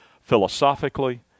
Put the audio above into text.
philosophically